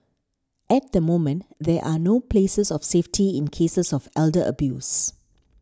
at the moment there are no places of safety in cases of elder abuse